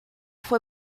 fue